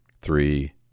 three